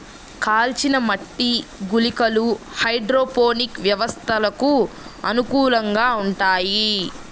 కాల్చిన మట్టి గుళికలు హైడ్రోపోనిక్ వ్యవస్థలకు అనుకూలంగా ఉంటాయి